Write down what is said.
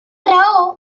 raó